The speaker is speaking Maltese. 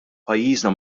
pajjiżna